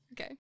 Okay